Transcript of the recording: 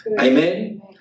Amen